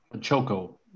Choco